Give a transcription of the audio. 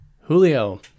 Julio